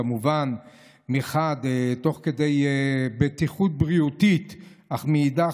כמובן תוך כדי בטיחות בריאותית מחד גיסא אך מאידך